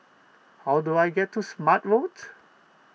how do I get to Smart Road